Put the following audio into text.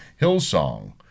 Hillsong